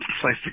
place